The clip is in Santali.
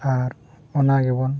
ᱟᱨ ᱚᱱᱟ ᱜᱮᱵᱚᱱ